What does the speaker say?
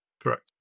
Correct